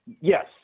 yes